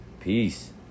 Peace